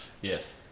Yes